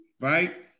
right